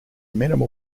minimal